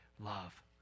love